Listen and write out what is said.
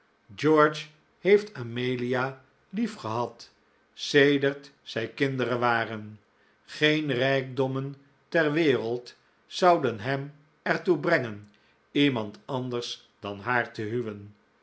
george heeft amelia liefgehad sedert zij kinderen waren geen rijkdommen ter wereld zouden hem er toe brengen iemand anders dan haar te huwen